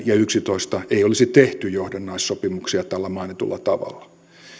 ja kaksituhattayksitoista ei olisi tehty johdannaissopimuksia tällä mainitulla tavalla